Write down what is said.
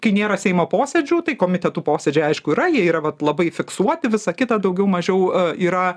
kai nėra seimo posėdžių tai komitetų posėdžiai aišku yra jie yra vat labai fiksuoti visa kita daugiau mažiau yra